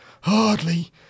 Hardly